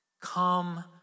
come